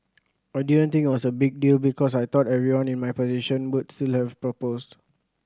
I didn't think it was a big deal because I thought everyone in my position would still have proposed